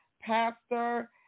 Pastor